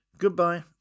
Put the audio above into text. Goodbye